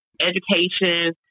education